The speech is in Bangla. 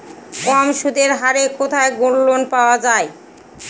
কম সুদের হারে কোথায় গোল্ডলোন পাওয়া য়ায়?